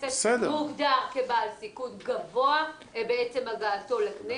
הכנסת והוגדר כבעל סיכון גבוה בעצם הגעתו לכנסת,